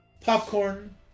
popcorn